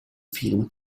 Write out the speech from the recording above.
film